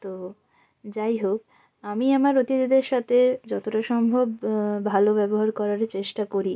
তো যাই হোক আমি আমার অতিথিদের সাথে যতটা সম্ভব ভালো ব্যবহার করারই চেষ্টা করি